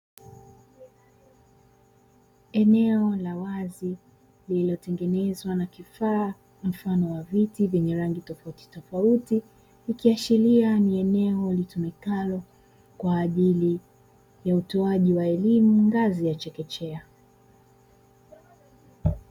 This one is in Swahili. Eneo la wazi lililotengenezwa na kifaa mfano wa viti vyenye rangi tofautitofauti ikiashiria ni eneo litumikalo kwa ajili ya utoaji wa elimu ngazi ya chekechea.